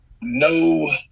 no